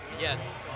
Yes